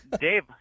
Dave